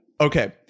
okay